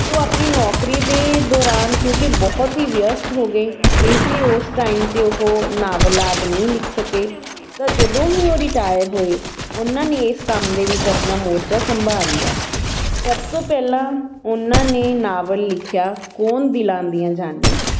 ਉਹ ਆਪਣੀ ਨੌਕਰੀ ਦੇ ਦੌਰਾਨ ਕਿਉਂਕਿ ਬਹੁਤ ਹੀ ਵਿਅਸਤ ਹੋ ਗਏ ਇਸ ਲਈ ਉਸ ਟਾਈਮ 'ਤੇ ਉਹ ਨਾਵਲ ਆਦਿ ਨਹੀਂ ਲਿਖ ਸਕੇ ਤਾਂ ਜਦੋਂ ਹੀ ਉਹ ਰਿਟਾਇਰ ਹੋਏ ਉਹਨਾਂ ਨੇ ਇਸ ਕੰਮ ਦੇ ਵਿੱਚ ਆਪਣਾ ਮੋਰਚਾ ਸੰਭਾਲ ਲਿਆ ਸਭ ਤੋਂ ਪਹਿਲਾਂ ਉਹਨਾਂ ਨੇ ਨਾਵਲ ਲਿਖਿਆ ਕੌਣ ਦਿਲਾਂ ਦੀਆਂ ਜਾਣੇ